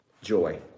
Joy